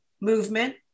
movement